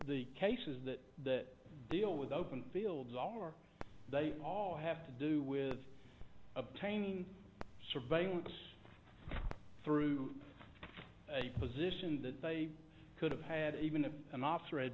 the cases that that deal with open fields are they all have to do with obtaining surveillance through a position that they could have had even if an officer